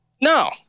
No